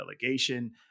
delegation